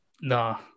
no